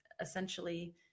essentially